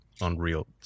Unreal